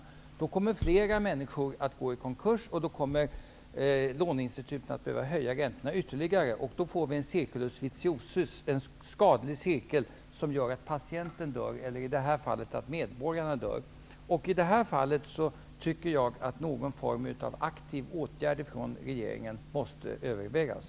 Men då kommer ännu fler att gå i konkurs, och då behöver låneinstituten höja räntan ytterligare. Vi får en circulus vitiosus, en skadlig cirkel, som gör att patienten dör, i det här fallet medborgarna. Jag tycker att någon form av aktiv åtgärd från regeringen måste övervägas.